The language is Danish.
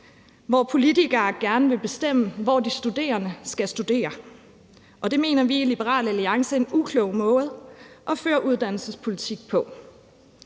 hvor politikere gerne vil bestemme, hvor de studerende skal studere, og det mener vi i Liberal Alliance er en uklog måde at føre uddannelsespolitik på.